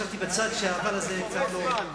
ישבתי בצד בו ה"אבל" הזה לא נשמע.